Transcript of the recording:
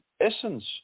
essence